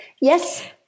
Yes